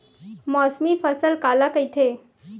मौसमी फसल काला कइथे?